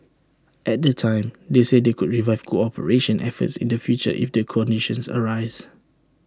at the time they said they could revive cooperation efforts in the future if the conditions arise